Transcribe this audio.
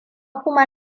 kuma